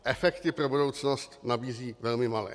Efekty pro budoucnost nabízí velmi malé.